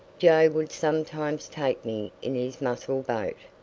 joe would sometimes take me in his mussel-boat,